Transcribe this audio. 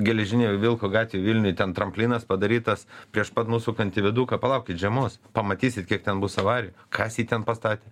geležinio vilko gatvėj vilniuj ten tramplinas padarytas prieš pat nusukant į viaduką palaukit žiemos pamatysit kiek ten bus avarijų kas jį ten pastatė